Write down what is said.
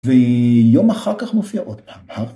ויום אחר כך מופיע עוד פעם.